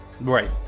Right